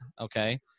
okay